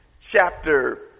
chapter